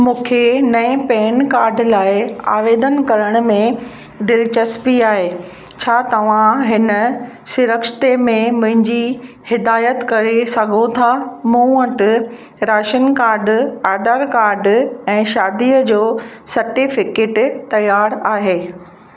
मूंखे नएं PAN card लाइ आवेदन करण में दिलिचस्पी आहे छा तव्हां हिन सिरिश्ते में मुंहिंजी हिदायत करे सघो था मूं वटि राशन कार्ड आधार कार्ड ऐं शादीअ जो सर्टिफिकेट तियारु आहे